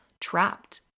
trapped